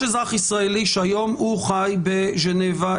יש אזרח ישראלי שחי בז'נבה,